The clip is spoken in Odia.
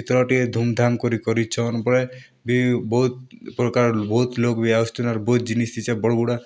ଏଥର୍ ଟିକେ ଧୁମ୍ ଧାମ୍ କରି କରିଛନ୍ ବଡ଼୍ ବି ବହୁତ୍ ପ୍ରକାର୍ ବହୁତ୍ ଲୋକ୍ ବି ଆସୁଥିଲେ ଆର୍ ବହୁତ୍ ଜିନିଷ୍ ହେଇଛେ ବଡ଼୍ ବଡ଼୍